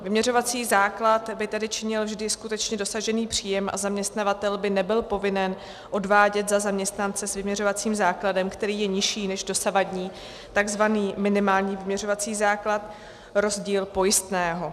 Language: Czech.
Vyměřovací základ by tedy činil vždy skutečně dosažený příjem a zaměstnavatel by nebyl povinen odvádět za zaměstnance s vyměřovacím základem, který je nižší než dosavadní takzvaný minimální vyměřovací základ, rozdíl pojistného.